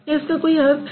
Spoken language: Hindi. क्या इसका कोई अर्थ है